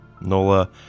Nola